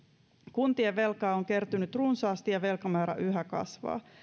kuntien velkaa on kertynyt runsaasti ja velkamäärä yhä kasvaa